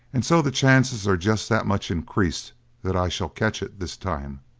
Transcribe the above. and so the chances are just that much increased that i shall catch it this time.